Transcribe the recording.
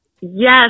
Yes